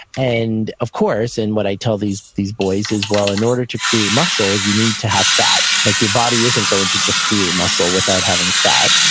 and of course, and what i tell these these boys is in order to create muscle, you need to have fat. like your body isn't going to just create muscle without having fat.